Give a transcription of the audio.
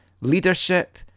leadership